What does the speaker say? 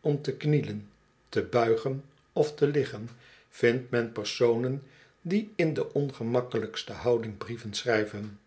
om te knielen te buigen of te liggen vindt men personen die in de ongemakkelijkste houding brieven schrijven